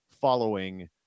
following